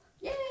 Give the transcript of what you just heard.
Yay